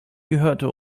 gehörte